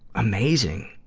amazing,